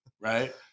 Right